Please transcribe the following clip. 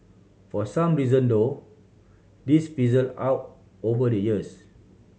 for some reason though this fizzled out over the years